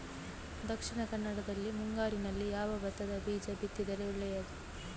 ದಕ್ಷಿಣ ಕನ್ನಡದಲ್ಲಿ ಮುಂಗಾರಿನಲ್ಲಿ ಯಾವ ಭತ್ತದ ಬೀಜ ಬಿತ್ತಿದರೆ ಒಳ್ಳೆಯದು?